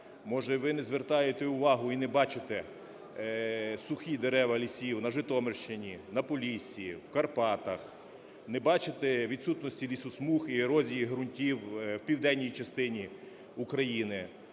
Може ви не звертаєте увагу і не бачите сухі дерева лісів на Житомирщині, на Поліссі, в Карпатах, не бачите відсутності лісосмуг і ерозії ґрунтів в південній частині України